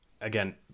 again